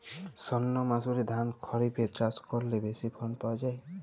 সর্ণমাসুরি ধান খরিপে চাষ করলে বেশি ফলন পাওয়া যায়?